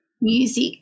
music